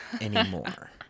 Anymore